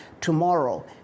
tomorrow